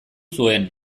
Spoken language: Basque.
zuen